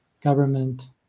government